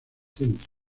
centro